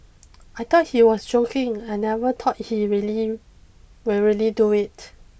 I thought he was joking I never thought he really will really do it